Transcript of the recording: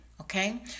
Okay